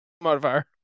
modifier